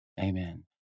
Amen